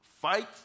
fight